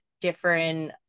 different